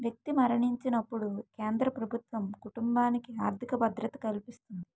వ్యక్తి మరణించినప్పుడు కేంద్ర ప్రభుత్వం కుటుంబానికి ఆర్థిక భద్రత కల్పిస్తుంది